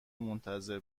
منتظر